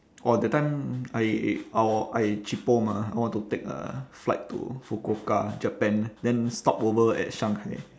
orh that time I orh I cheapo mah I want to take a flight to fukuoka japan then stopover at shanghai